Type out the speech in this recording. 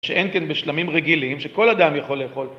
שאין כן בשלמים רגילים שכל אדם יכול לאכול.